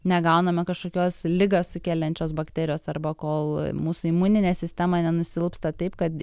negauname kažkokios ligą sukeliančios bakterijos arba kol mūsų imuninė sistema nenusilpsta taip kad